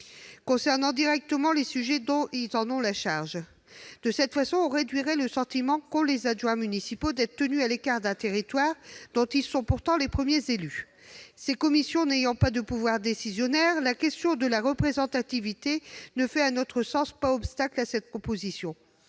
concernant directement les sujets dont ils ont la charge. De cette façon, on réduirait le sentiment qu'ont les adjoints municipaux d'être tenus à l'écart d'un territoire dont ils sont pourtant les premiers élus. Les commissions intercommunales n'ayant pas de pouvoir décisionnaire, la question de la représentativité ne fait, à notre sens, pas obstacle à cette proposition.